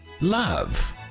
love